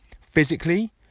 physically